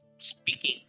speaking